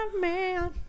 man